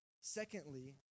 Secondly